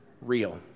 real